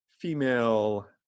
female